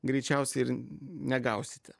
greičiausiai ir negausite